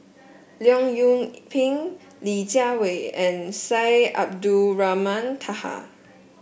Leong Yoon Pin Li Jiawei and Syed Abdulrahman Taha